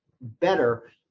better